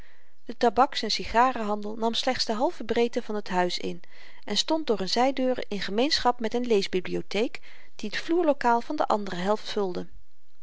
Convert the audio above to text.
de tabaks en sigarenhandel nam slechts de halve breedte van t huis in en stond door n zydeur in gemeenschap met n leesbibliotheek die t vloerlokaal van de andere helft